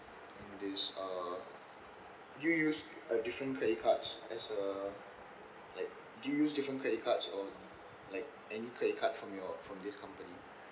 in this uh do you use uh different credit cards as uh like do you use different credit cards or like any credit card from your from this company